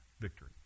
victory